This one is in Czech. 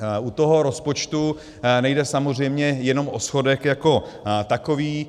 U toho rozpočtu nejde samozřejmě jenom o schodek jako takový.